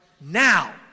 now